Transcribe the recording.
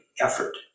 effort